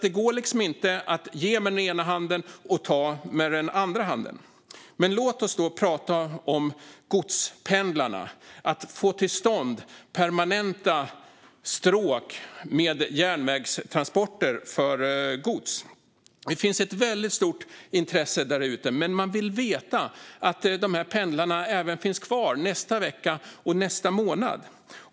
Det går inte att ge med den ena handen och ta med den andra handen. Låt oss tala om godspendlarna och om att få till stånd permanenta stråk med järnvägstransporter för gods. Det finns ett väldigt stort intresse där ute, men man vill veta att dessa pendlar finns kvar även nästa vecka och nästa månad.